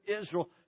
Israel